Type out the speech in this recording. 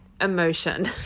emotion